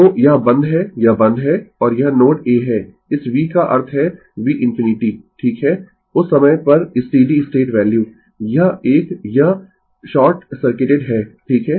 तो यह बंद है यह बंद है और यह नोड a है इस v का अर्थ है v ∞ ठीक है उस समय पर स्टीडी स्टेट वैल्यू यह एक यह शॉर्ट सर्किटेड है ठीक है